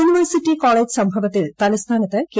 university college സംഭവത്തിൽ തലസ്ഥാനത്ത് K